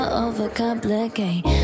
overcomplicate